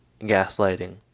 Gaslighting